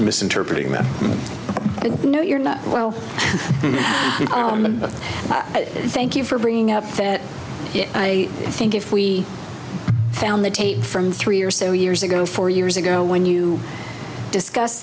misinterpreting that no you're not well thank you for bringing up that i think if we found the tape from three or so years ago four years ago when you discuss